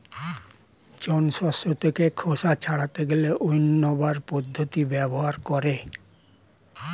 জন শস্য থেকে খোসা ছাড়াতে গেলে উইন্নবার পদ্ধতি ব্যবহার করে